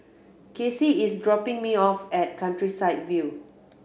Kaycee is dropping me off at Countryside View